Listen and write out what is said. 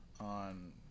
on